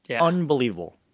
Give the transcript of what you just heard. Unbelievable